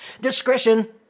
Discretion